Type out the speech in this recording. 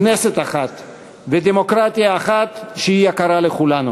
כנסת אחת ודמוקרטיה אחת שהיא יקרה לכולנו.